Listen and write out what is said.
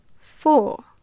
four